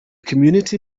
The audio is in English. community